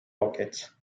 rockets